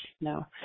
no